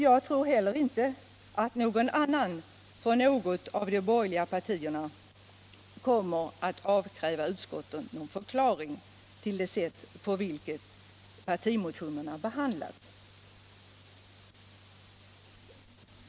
Jag tror inte heller att någon annan från något av de borgerliga partierna kommer att avkräva utskottet någon förklaring till det sätt på vilket partimotionerna behandlats.